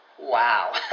Wow